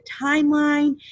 timeline